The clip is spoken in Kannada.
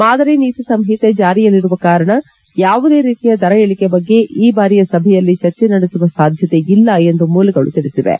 ಮಾದರಿ ನೀತಿ ಸಂಹಿತೆ ಜಾರಿಯಲ್ಲಿರುವ ಕಾರಣ ಯಾವುದೇ ರೀತಿಯ ದರ ಇಳಿಕೆ ಬಗ್ಗೆ ಈ ಬಾರಿಯ ಸಭೆಯಲ್ಲಿ ಚರ್ಚೆ ನಡೆಸುವ ಸಾಧ್ಯತೆ ಇಲ್ಲ ಎಂದು ಮೂಲಗಳು ತಿಳಿಸಿವೆ